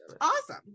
Awesome